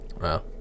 Wow